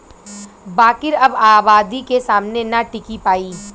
बाकिर अब आबादी के सामने ना टिकी पाई